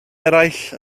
eraill